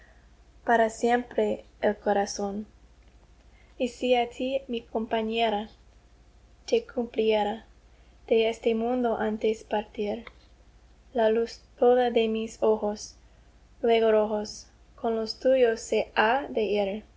para siempre el corazón y si á tí mi compañera te cumpliera de este mundo antes partir la luz toda de mis ojos luego rojos con los tuyos